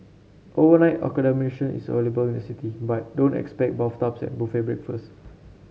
overnight accommodation is available in the city but don't expect bathtubs and buffet breakfasts